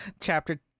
Chapter